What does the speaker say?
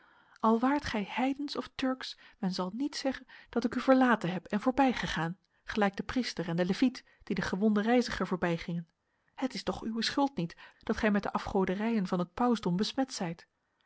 al waart gij heidensch of turksch men zal niet zeggen dat ik u verlaten heb en voorbijgegaan gelijk de priester en de leviet die den gewonden reiziger voorbijgingen het is toch uwe schuld niet dat gij met de afgoderijen van het pausdom besmet zijt